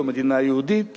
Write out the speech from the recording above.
או מדינה יהודית,